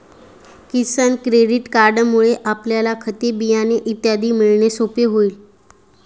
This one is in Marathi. किसान क्रेडिट कार्डमुळे आपल्याला खते, बियाणे इत्यादी मिळणे सोपे होईल